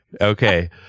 okay